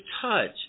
touch